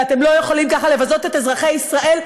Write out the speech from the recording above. ואתם לא יכולים ככה לבזות את אזרחי ישראל,